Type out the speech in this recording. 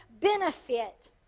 benefit